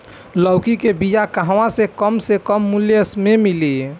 लौकी के बिया कहवा से कम से कम मूल्य मे मिली?